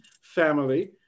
family